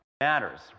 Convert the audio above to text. matters